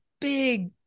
big